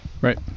Right